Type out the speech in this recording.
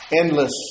endless